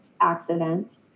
accident